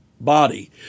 body